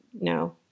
no